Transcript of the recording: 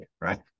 right